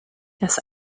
das